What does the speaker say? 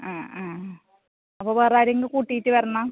ആ ആ അപ്പോൾ വേറെ ആരെങ്കിലും കൂട്ടിയിട്ട് വരണം